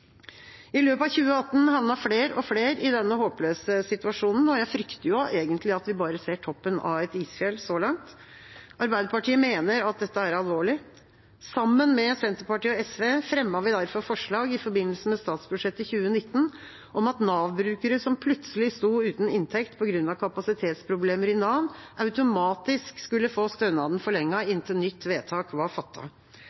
I løpet av 2018 havnet flere og flere i denne håpløse situasjonen, og jeg frykter egentlig at vi bare ser toppen av et isfjell så langt. Arbeiderpartiet mener at dette er alvorlig. Sammen med Senterpartiet og SV fremmet vi derfor forslag i forbindelse med statsbudsjettet for 2019 om at Nav-brukere som plutselig sto uten inntekt på grunn av kapasitetsproblemer i Nav, automatisk skulle få stønaden